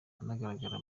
anagaragara